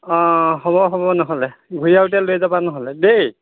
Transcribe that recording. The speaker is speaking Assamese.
অ' হ'ব হ'ব নহ'লে ঘূৰি আহোঁতে লৈ যাবা নহ'লে দেই